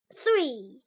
Three